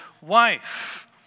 wife